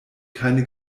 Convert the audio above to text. keine